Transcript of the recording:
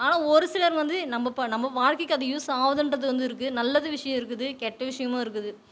ஆனால் ஒரு சிலர் வந்து நம்ம இப்போ நம்ம வாழ்க்கைக்கு அது யூஸாகுதுன்றது வந்து இருக்குது நல்ல விஷயமும் இருக்குது கெட்ட விஷயமும் இருக்குது